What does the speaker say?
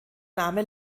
name